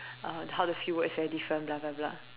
uh how the fieldwork is very different blah blah blah